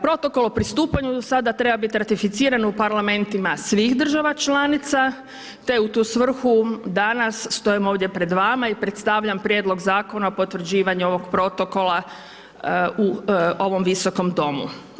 Protokol o pristupanju do sada treba biti ratificiran u parlamentima svih država članica, te u tu svrhu danas stojimo ovdje pred vama i predstavljam prijedlog zakona o potvrđivanju ovog protokola u ovom Visokom domu.